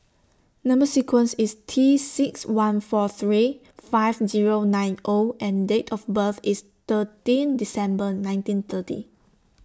Number sequence IS T six one four three five Zero nine O and Date of birth IS thirteen December nineteen thirty